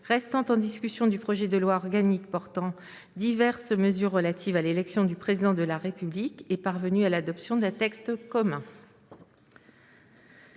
restant en discussion du projet de loi organique portant diverses mesures relatives à l'élection du Président de la République est parvenue à l'adoption d'un texte commun.